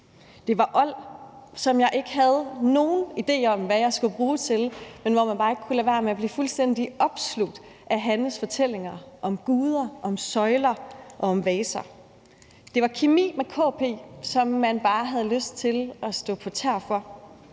Det var old, som jeg ikke havde nogen idé om hvad jeg skulle bruge til, men hvor man bare ikke kunne lade være med at blive fuldstændig opslugt af Hannes fortællinger om guder, om søjler og om vaser. Det var kemi med K.P., som man bare havde lyst til at stå på tæer for.